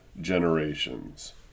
generations